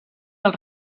del